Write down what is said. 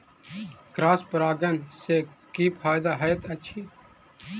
Cross परागण सँ की फायदा हएत अछि?